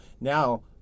Now